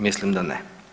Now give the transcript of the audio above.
Mislim da ne.